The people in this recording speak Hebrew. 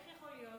איך יכול להיות?